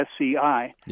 SCI